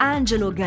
Angelo